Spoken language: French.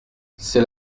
c’est